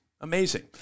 Amazing